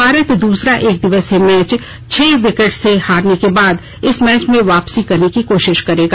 भारत दूसरा एकदिवसीय मैच छह विकेट से हारने के बाद इस मैच में वापसी करने की कोशिश करेगा